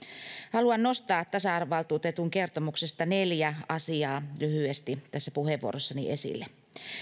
haluan nostaa tasa arvovaltuutetun kertomuksesta neljä asiaa lyhyesti tässä puheenvuorossani esille